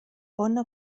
ona